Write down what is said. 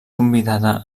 convidada